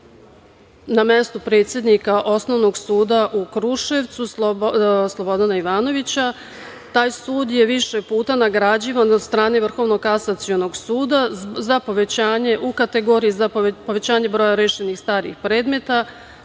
na mesto predsednika Osnovnog suda u Kruševcu Slobodana Ivanović, taj sud je više puta nagrađivan od strane Vrhovnog kasacionog suda u kategoriji za povećanje broja rešenih starijih predmeta,